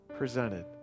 Presented